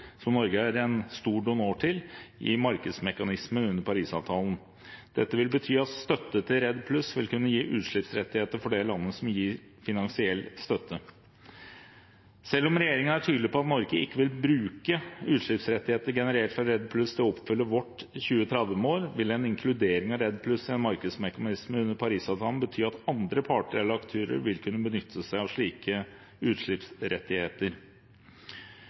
som Norge er en stor donor til, i markedsmekanismen under Paris-avtalen. Dette vil bety at støtte til REDD+ vil kunne gi utslippsrettigheter for det landet som gir finansiell støtte. Selv om regjeringen er tydelig på at Norge ikke vil bruke utslippsrettigheter generert fra REDD+ til å oppfylle vårt 2030-mål, vil en inkludering av REDD+ i en markedsmekanisme under Paris-avtalen bety at andre parter eller aktører vil kunne benytte seg av slike utslippsrettigheter.